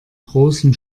großem